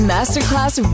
Masterclass